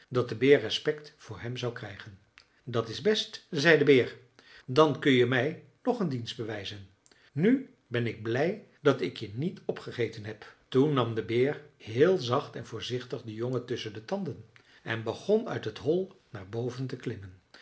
dat de beer respect voor hem zou krijgen dat is best zei de beer dan kun je mij nog een dienst bewijzen nu ben ik blij dat ik je niet opgegeten heb toen nam de beer heel zacht en voorzichtig den jongen tusschen de tanden en begon uit het hol naar boven te klimmen